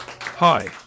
Hi